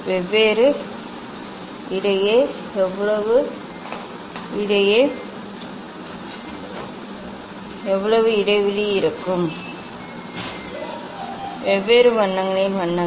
வெவ்வேறு இடையே எவ்வளவு இடைவெளி இருக்கும் வெவ்வேறு வண்ணங்களில் வண்ணங்கள்